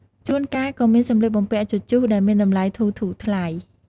ជួនកាលក៏មានសម្លៀកបំពាក់ជជុះ ដែលមានតម្លៃធូរៗថ្លៃ។